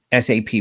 SAP